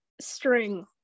string